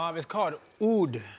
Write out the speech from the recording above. um it's called oud.